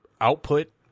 output